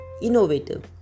innovative